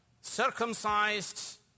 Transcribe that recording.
Circumcised